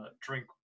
drink